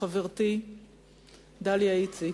חברתי דליה איציק,